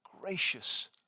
gracious